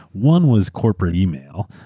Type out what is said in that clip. one was corporate email.